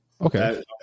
Okay